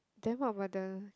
then what about the